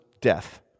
death